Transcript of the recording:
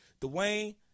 Dwayne